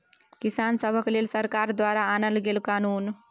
किसान सभक लेल सरकार द्वारा आनल गेल कानुन